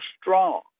strong